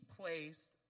placed